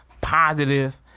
positive